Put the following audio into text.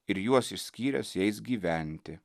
ir juos išskyręs jais gyventi